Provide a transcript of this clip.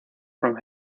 from